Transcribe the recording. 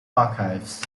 archives